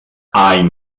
any